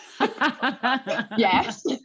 Yes